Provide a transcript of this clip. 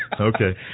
Okay